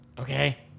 Okay